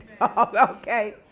Okay